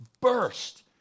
burst